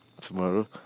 tomorrow